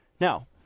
Now